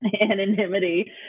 anonymity